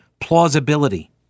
plausibility